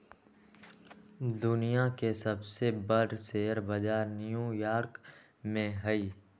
दुनिया के सबसे बर शेयर बजार न्यू यॉर्क में हई